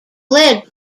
led